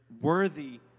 worthy